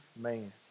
man